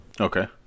Okay